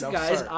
guys